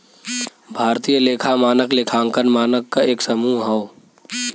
भारतीय लेखा मानक लेखांकन मानक क एक समूह हौ